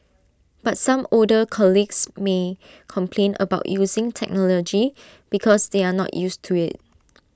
but some older colleagues may complain about using technology because they are not used to IT